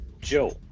Joe